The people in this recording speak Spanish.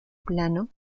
plano